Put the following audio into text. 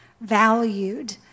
valued